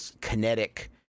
kinetic